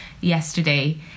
yesterday